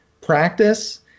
practice